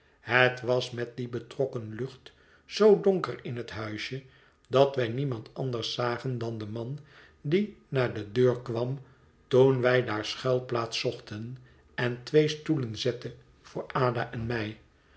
het was met die betrokken lucht zoo donker in het huisje dat wij niemand anders zagen dan den man die naar de deur kwam toen wij daar schuilplaats zochten en twee stoelen zette voor ada en mij